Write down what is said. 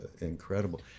incredible